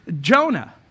Jonah